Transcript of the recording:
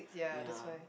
ya